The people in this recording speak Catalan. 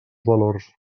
valors